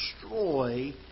destroy